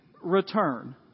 return